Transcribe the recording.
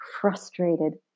frustrated